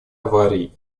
аварии